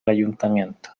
ayuntamiento